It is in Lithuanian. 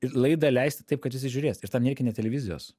ir laidą leisti taip kad visi žiūrės ir tam nereikia net televizijos